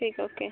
ठीक ओके